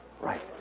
right